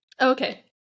Okay